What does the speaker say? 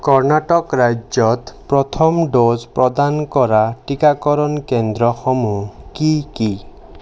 কৰ্ণাটক ৰাজ্যত প্ৰথম ড'জ প্ৰদান কৰা টীকাকৰণ কেন্দ্ৰসমূহ কি কি